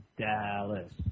Dallas